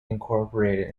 incorporated